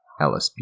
LSB